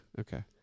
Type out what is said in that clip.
okay